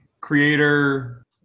creator